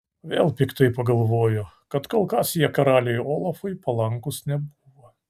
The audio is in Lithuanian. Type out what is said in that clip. vėl piktai pagalvojo kad kol kas jie karaliui olafui palankūs nebuvo